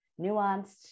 nuanced